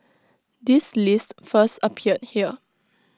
this list first appeared here